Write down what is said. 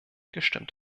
gestimmt